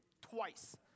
twice